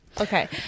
Okay